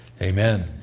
Amen